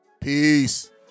Peace